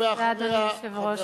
תודה, אדוני היושב-ראש.